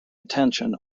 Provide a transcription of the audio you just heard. attention